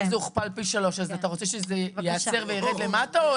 אם זה הוכפל פי 3 אז אתה רוצה שזה ייעצר וירד למטה?